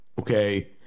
Okay